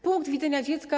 Punkt widzenia dziecka.